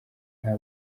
nta